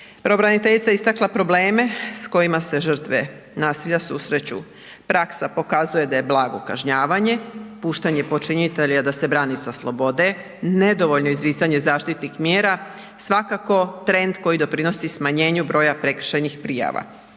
Pravobraniteljica je istakla probleme s kojima se žrtve nasilja susreću. Praksa pokazuje da je blago kažnjavanje, puštanje počinitelja da se brani sa slobode, nedovoljno izricanje zaštitnih mjera svakako trend koji doprinosi smanjenju broja prekršajnih prijava.